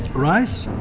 rice,